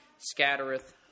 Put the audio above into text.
Scattereth